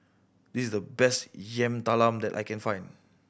this is the best Yam Talam that I can find